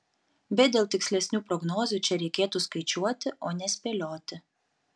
bet dėl tikslesnių prognozių čia reikėtų skaičiuoti o ne spėlioti